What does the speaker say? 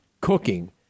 Cooking